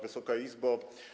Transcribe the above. Wysoka Izbo!